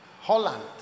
Holland